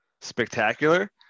spectacular